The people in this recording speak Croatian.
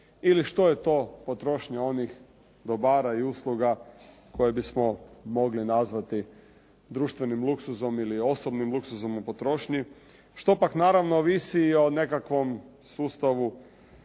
ili što je to potrošnja onih dobara i usluga koje bismo mogli nazvati društvenim luksuzom ili osobnim luksuzom u potrošnji, što pak naravno ovisi i o nekakvom sustavu